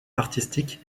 artistique